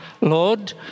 Lord